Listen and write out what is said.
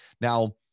Now